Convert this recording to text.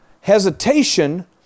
Hesitation